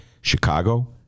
Chicago